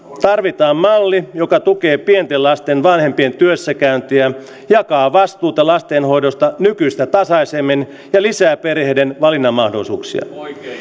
tarvitaan malli joka tukee pienten lasten vanhempien työssäkäyntiä jakaa vastuuta lasten hoidosta nykyistä tasaisemmin ja lisää perheiden valinnanmahdollisuuksia